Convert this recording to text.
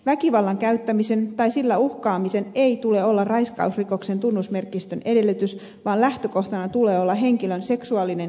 väkivallan käyttämisen tai sillä uhkaamisen ei tule olla raiskausrikoksen tunnusmerkistön edellytys vaan lähtökohtana tulee olla henkilön seksuaalisen itsemääräämisoikeuden